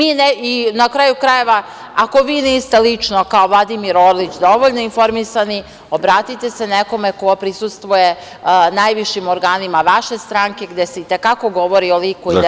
I na kraju krajeva, ako vi niste lično kao Vladimir Orlić dovoljno informisani, obratite se nekome ko prisustvuje najvišim organima vaše stranke, gde se itekako govori o liku i delu Zorane Mihajlović.